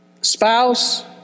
spouse